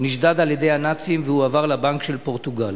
נשדד על-ידי הנאצים והועבר לבנק של פורטוגל.